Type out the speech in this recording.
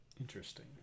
Interesting